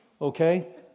okay